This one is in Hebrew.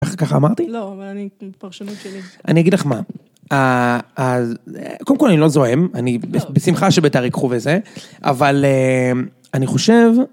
איך ככה אמרתי? לא, אבל אני, פרשנות שלי. אני אגיד לך מה. קודם כול, אני לא זוהם, אני בשמחה שביתר ייקחו וזה, אבל אני חושב...